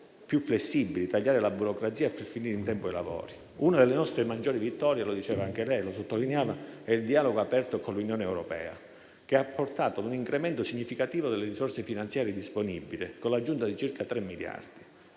più flessibili: tagliare la burocrazia, per finire in tempo i lavori. Una delle nostre maggiori vittorie - come sottolineava anche lei - è il dialogo aperto con l'Unione europea, che ha portato ad un incremento significativo delle risorse finanziarie disponibili, con l'aggiunta di circa tre miliardi,